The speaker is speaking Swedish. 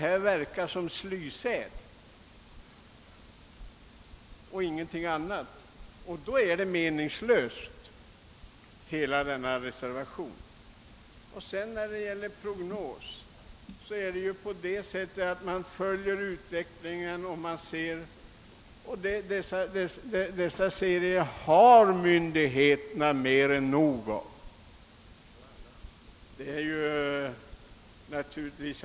Men vad reservanterna här har åstadkommit verkar inte vara något annat än »slysäd«, och då är ju hela reservationen meningslös. Vad sedan prognoserna angår har myndigheterna mer än nog av de serier som redan gjorts upp.